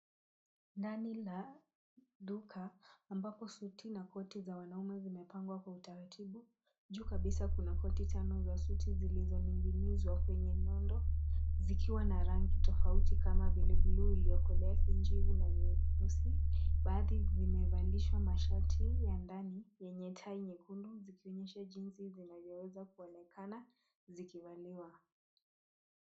Ndani la duka ambapo suti na koti za wanaume zimepangwa kwa utaratibu. Juu kabisa kuna tano za suti zilizoning'inizwa kwenye nondo zikiwa na rangi tofauti kama vile blue iliyokolea, kijivu na nyeusi. Baadhi vimevalishwa mashati ya ndani yenye tai nyekundu zikionyesha jinsi zinayoweza kuonekana zikivaliwa.